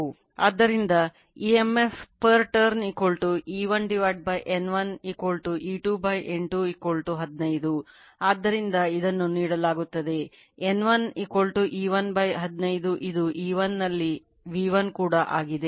ಆದ್ದರಿಂದ emf per turn E1 N1 E2 N2 15 ಆದ್ದರಿಂದ ಇದನ್ನು ನೀಡಲಾಗುತ್ತದೆ N1 E1 15 ಅದು E1 ನಲ್ಲಿ V1 ಕೂಡ ಆಗಿದೆ